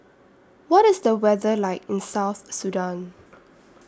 What IS The weather like in South Sudan